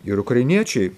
ir ukrainiečiai